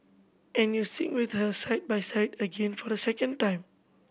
and you sing with her side by side again for the second time